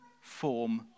form